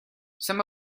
some